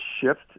shift